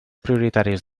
prioritaris